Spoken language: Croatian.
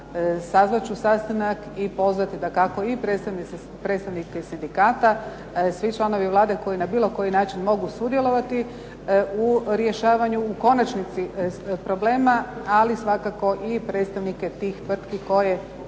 Sazvat ću sastanak i pozvati predstavnike sindikata. Svi članovi Vlade koji na bilo koji način mogu sudjelovati u rješavanju u konačnici problema, ali svakako i predstavnike tih tvrtki koji